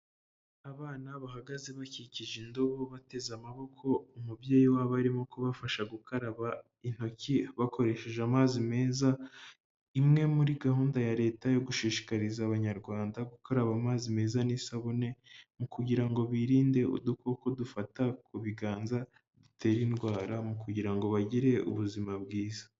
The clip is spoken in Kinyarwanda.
Abana bahagaze bakikije indobo bateze amaboko umubyeyi wabo arimo kubafasha gukaraba intoki bakoresheje amazi meza, imwe muri gahunda ya leta yo gushishikariza Abanyarwanda gukaraba amazi meza n'isabune, kugira ngo birinde udukoko dufata ku biganza dutera indwara mu kugira ngo bagire ubuzima bwiza.